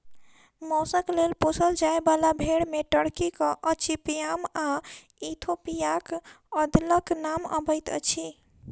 मौसक लेल पोसल जाय बाला भेंड़ मे टर्कीक अचिपयाम आ इथोपियाक अदलक नाम अबैत अछि